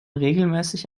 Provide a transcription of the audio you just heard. regelmäßig